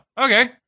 Okay